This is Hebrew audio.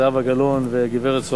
זהבה גלאון והגברת זוארץ,